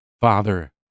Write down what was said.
Father